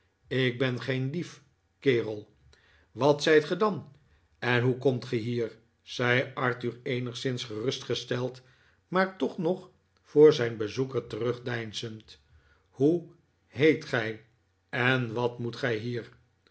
ik ben geen dief kerel wat zijt ge dan en hoe komt ge hier zei arthur eenigszins gerustgesteld maar toch nog voor zijn bezoeker terugdeinzend hoe heet gij en wat moet gij hier